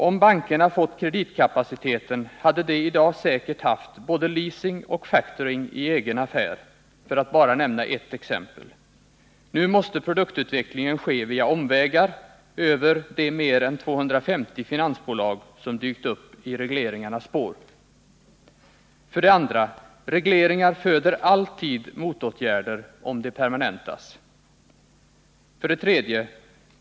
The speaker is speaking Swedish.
Om bankerna fått kreditkapaciteten, hade de idag säkert haft både leasing och factoring i egen affär, för att bara nämna ett exempel. Nu måste produktutvecklingen ske via omvägar över de mer än 250 finansbolag som dykt upp i regleringarnas spår. 2. Regleringar föder alltid motåtgärder om de permanentas. 3.